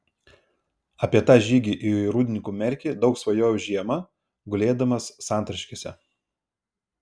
apie tą žygį į rūdninkų merkį daug svajojau žiemą gulėdamas santariškėse